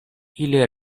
ili